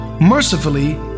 mercifully